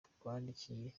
twandikiye